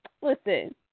listen